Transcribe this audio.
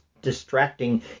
Distracting